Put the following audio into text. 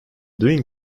doing